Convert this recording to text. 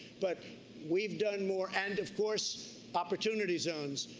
but we've done more and of course opportunity zones.